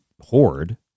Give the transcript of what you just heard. horde